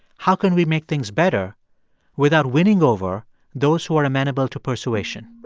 how can we make things better without winning over those who are amenable to persuasion?